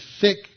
thick